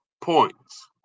points